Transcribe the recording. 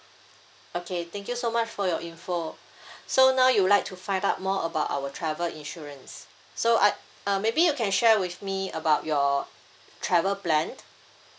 okay thank you so much for your information so now you would like to find out more about our travel insurance so uh uh maybe you can share with me about your travel planned